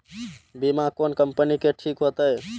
बीमा कोन कम्पनी के ठीक होते?